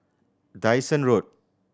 Dyson Road